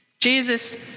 Jesus